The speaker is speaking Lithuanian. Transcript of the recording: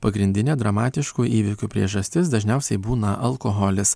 pagrindinė dramatiškų įvykių priežastis dažniausiai būna alkoholis